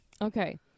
Okay